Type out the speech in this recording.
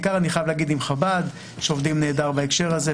במיוחד עם חב"ד שעובדים נהדר בהקשר הזה,